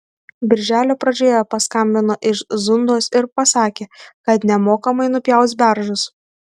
birželio pradžioje paskambino iš zundos ir pasakė kad nemokamai nupjaus beržus